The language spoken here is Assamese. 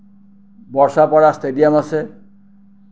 বৰ্ষাপাৰা ষ্টেডিয়াম আছে